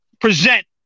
present